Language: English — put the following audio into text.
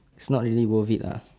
it's not really worth it ah